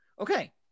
Okay